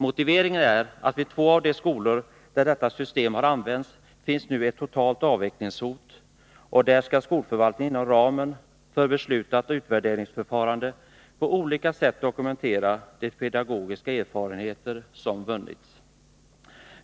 Motiveringen är att det i två av de skolor där detta system har använts nu finns ett totalt avvecklingshot, och där skall skolförvaltningen inom ramen för beslutat utvärderingsförfarande på olika sätt dokumentera de pedagogiska erfarenheter som vunnits.